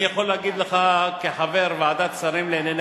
אני יכול להגיד לך כחבר ועדת שרים לענייני